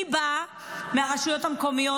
אני באה מהרשויות המקומיות.